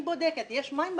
אני בודקת אם יש מים בבריכה,